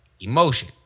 emotion